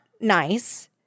nice